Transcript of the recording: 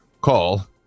call